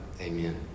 Amen